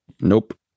Nope